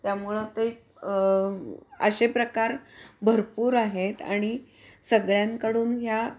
त्यामुळं ते असे प्रकार भरपूर आहेत आणि सगळ्यांकडून ह्या